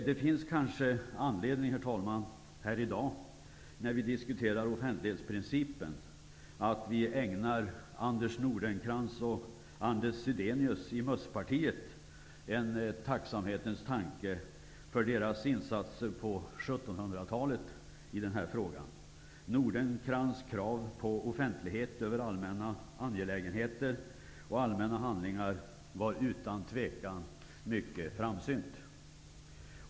Det finns kanske anledning, herr talman, här i dag, när vi diskuterar offentlighetsprincipen att vi ägnar Mösspartiet en tacksamhetens tanke för deras insatser på 1700-talet i denna fråga. Nordencrantz krav på offentlighet över allmänna angelägenheter och allmänna handlingar var utan tvivel mycket framsynt.